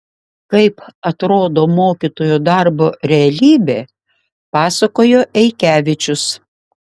kaip atrodo mokytojo darbo realybė pasakojo eikevičius